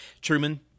Truman